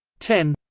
ten